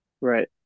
Right